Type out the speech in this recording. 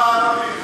אינטגריטי.